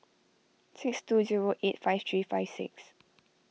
six two zero eight five three five six